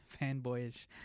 fanboyish